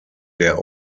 der